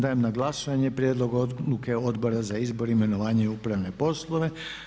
Dajem na glasovanje prijedlog Odluke Odbora za izbor, imenovanje, upravne poslove.